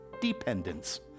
dependence